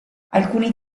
alcuni